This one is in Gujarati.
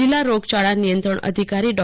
જિલ્લા રોગચાળા નિયંત્રણ અધિકારી ડો